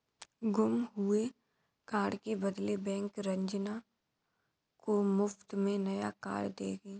गुम हुए कार्ड के बदले बैंक रंजना को मुफ्त में नया कार्ड देगी